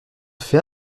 fait